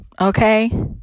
Okay